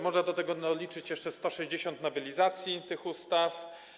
Można do tego doliczyć jeszcze 160 nowelizacji tych ustaw.